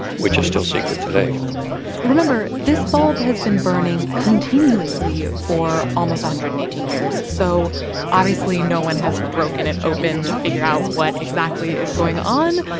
which is still secret today remember. this bulb has been burning continuously ah for almost one hundred and eighteen years. so obviously, no one has broken it open to figure out what exactly is going on.